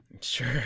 Sure